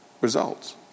results